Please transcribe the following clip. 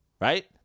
right